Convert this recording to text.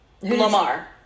Lamar